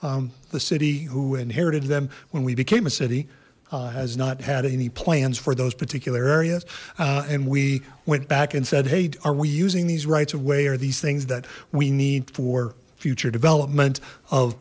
the city who inherited them when we became a city has not had any plans for those particular areas and we went back and said hey are we using these rights away are these things that we need for future development of